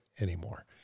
anymore